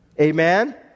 Amen